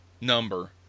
number